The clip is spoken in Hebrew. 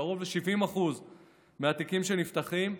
קרוב ל-70% מהתיקים שנפתחים,